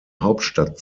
hauptstadt